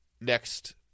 next